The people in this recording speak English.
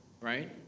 right